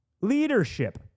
leadership